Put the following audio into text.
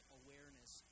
awareness